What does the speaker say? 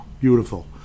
beautiful